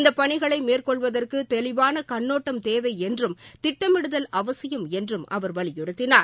இந்த பணிகளை மேற்கொள்வதற்கு தெளிவான கண்ணோட்டம் தேவை என்றும் திட்டமிடுதல் அவசியம் என்றும் அவர் வலியுறுத்தினார்